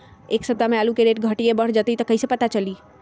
एक सप्ताह मे आलू के रेट घट ये बढ़ जतई त कईसे पता चली?